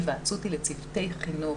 ההיוועצות היא לצוותי חינוך,